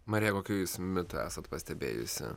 marija kokių jūs mitų esat pastebėjusi